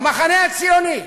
המחנה הציוני,